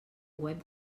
web